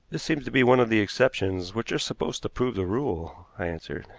this seems to be one of the exceptions which are supposed to prove the rule, i answered.